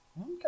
okay